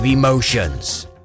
emotions